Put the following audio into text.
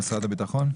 משרד הביטחון?